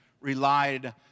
relied